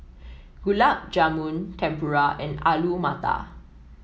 Gulab Jamun Tempura and Alu Matar